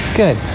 good